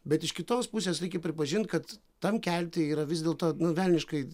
bet iš kitos pusės reikia pripažint kad tam kelti yra vis dėlto velniškai